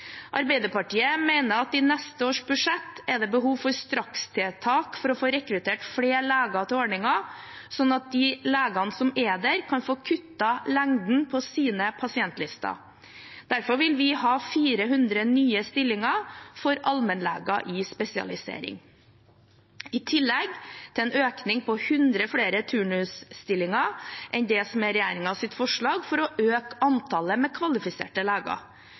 Arbeiderpartiet mener at i neste års budsjett er det behov for strakstiltak for å få rekruttert flere leger til ordningen, sånn at de legene som er der, kan få kuttet lengden på sine pasientlister. Derfor vil vi ha 400 nye stillinger for allmennleger i spesialisering, i tillegg til en økning på 100 flere turnusstillinger enn det som er regjeringens forslag, for å øke antallet kvalifiserte leger.